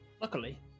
Luckily